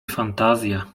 fantazja